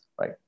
right